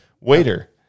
Waiter